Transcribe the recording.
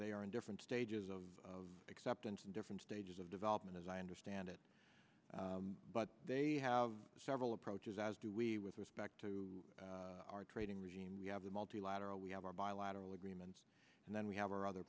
they are in different stages of acceptance and different stages of development as i understand it but they have several approaches as do we with respect to our trading regime we have the multilateral we have our bilateral agreements and then we have our other